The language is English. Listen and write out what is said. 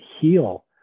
heal